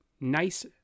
nice